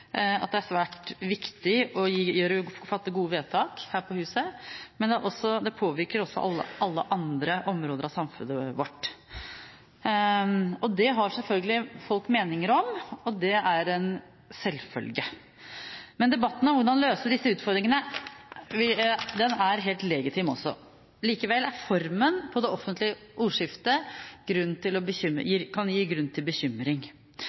at det er svært viktig å fatte gode vedtak her på huset. Men det påvirker også alle andre områder av samfunnet vårt, og det har selvfølgelig folk meninger om – det er en selvfølge. Debatten om hvordan en skal løse disse utfordringene, er helt legitim også. Likevel kan formen på det offentlige ordskiftet gi grunn til bekymring.